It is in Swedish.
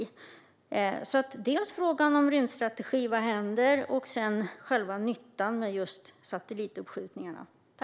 Min två frågor är alltså: Vad händer med rymdstrategin? Vilken är nyttan med satellituppskjutningarna?